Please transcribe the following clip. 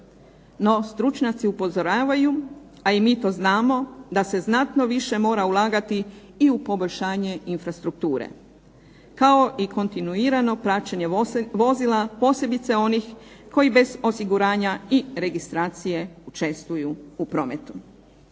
No, stručnjaci upozoravaju, a i mi to znamo da se znatno više mora ulagati i u poboljšanje infrastrukture, kao i kontinuirano praćenje vozila posebice onih koji bez osiguranja i registracije često učestvuju u prometu.